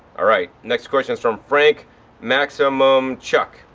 alright, next question is from frank maximum chuck.